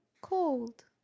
cold